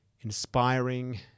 inspiring